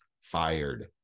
fired